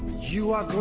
you are,